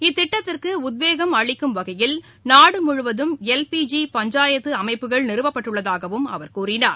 இத்திட்டத்திற்குஉத்வேகம் அளிக்கும் வகையில் நாடுமுழுவதும் எல் பி ஜி பஞ்சாயத்துஅமைப்புகள் நிறுவப்பட்டுள்ளதாகவும் அவர் கூறினார்